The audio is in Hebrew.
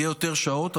יהיו יותר שעות,